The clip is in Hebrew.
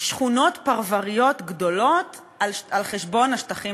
שכונות פרבריות גדולות על חשבון השטחים